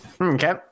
Okay